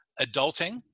Adulting